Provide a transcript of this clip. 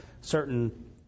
certain